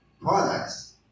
products